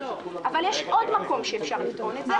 אבל יש עוד מקום שאפשר לטעון את זה,